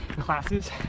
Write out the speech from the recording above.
classes